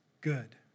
good